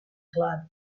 club